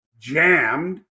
jammed